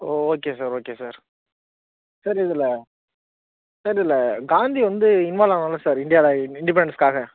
ஓ okay sir okay sir sir இதில் sir இதில் காந்தி வந்து இன்வால்வ் ஆனாங்கள்லே சார் இண்டியாவில் இண்டிபெண்டன்ஸ்காக